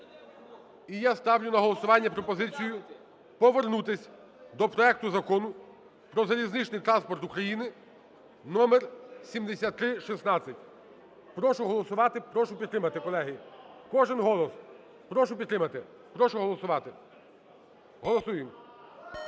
І я ставлю на голосування пропозицію повернутись до проекту Закону про залізничний транспорт України (№ 7316). Прошу голосувати, прошу підтримати, колеги. Кожен голос прошу підтримати, прошу голосувати. Голосуємо.